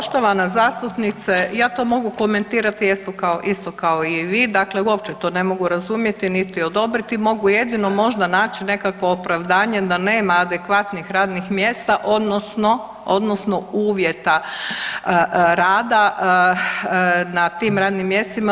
Poštovana zastupnice, ja to mogu komentirati isto kao i vi, dakle uopće to ne mogu razumjeti niti odobriti, mogu jedino možda naći nekakvo opravdanje da nema adekvatnih radnih mjesta odnosno odnosno uvjeta rada na tim radnim mjestima.